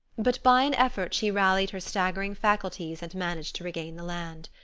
but by an effort she rallied her staggering faculties and managed to regain the land.